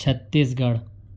چھتیس گڑھ